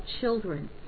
children